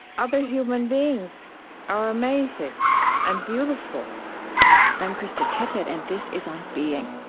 other human beings are amazing and beautiful i'm krista tippett, and this is on being